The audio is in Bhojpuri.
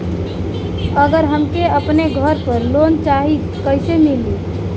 अगर हमके अपने घर पर लोंन चाहीत कईसे मिली?